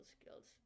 skills